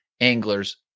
anglers